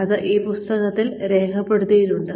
അത് ഈ പുസ്തകത്തിൽ രേഖപ്പെടുത്തിയിട്ടുണ്ട്